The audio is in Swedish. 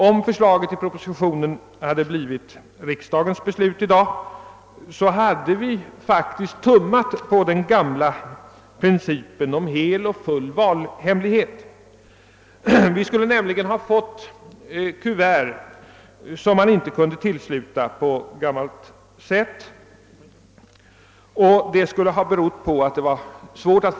Om förslaget i propositionen hade blivit riksdagens beslut i dag, hade vi faktiskt tummat på den gamla principen om hel och full valhemlighet. Vi skulle nämligen ha fått valkuvert som inte kunde tillslutas på det gamla sättet.